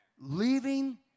Leaving